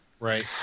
Right